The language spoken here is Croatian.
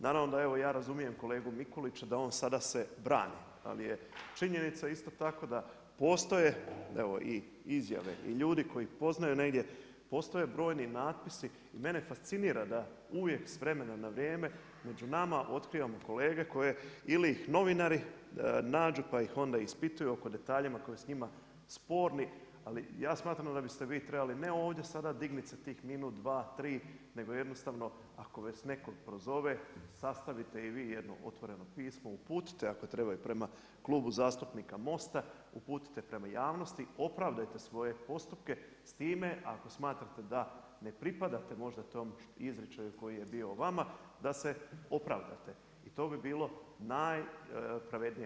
Naravno da razumijem kolegu Mikulića da on sada se brani, ali je činjenica isto tako da postoje izjave i ljudi koji poznaju negdje, postoje brojni natpisi i mene fascinira da uvijek s vremena na vrijeme među nama otkrivamo kolege koje ili ih novinari nađu pa ih onda ispituju oko detalja koje su njima sporni, ali ja smatram da biste vi trebali ne ovdje sada dignut se tih minut, dva, tri nego jednostavno ako već nekog prozove sastavite i vi jedno otvoreno pismo, uputite ako treba i prema Klubu zastupnika Most-a, uputite prema javnosti, opravdajte svoje postupke s time ako smatrate da ne pripadate možda tom izričaju koji je bio o vama da se opravdate i to bi bilo najpravednije.